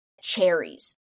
cherries